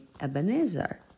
Ebenezer